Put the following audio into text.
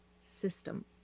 system